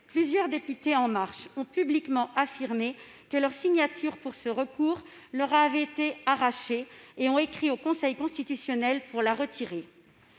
plusieurs députés La République En Marche ont publiquement affirmé que leur signature sur ce recours leur avait été arrachée et ont écrit au Conseil constitutionnel pour la retirer.